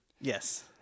Yes